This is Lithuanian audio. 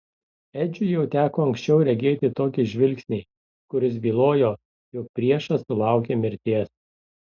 edžiui jau teko anksčiau regėti tokį žvilgsnį kuris bylojo jog priešas sulaukė mirties